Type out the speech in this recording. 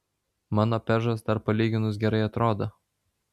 mano pežas dar palyginus gerai atrodo